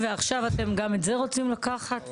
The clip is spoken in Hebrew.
ועכשיו גם את זה אתם רוצים לקחת?